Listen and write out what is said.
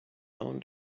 own